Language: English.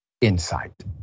insight